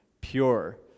pure